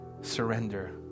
surrender